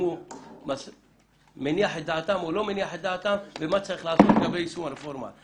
אם הוא מניח את דעתו או לא ומה צריך לעשות לגבי יישום הרפורמה.